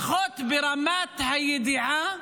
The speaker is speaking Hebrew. אבל לפחות ברמת הידיעה,